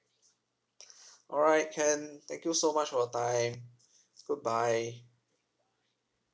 all right can thank you so much for your time goodbye